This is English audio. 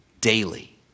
daily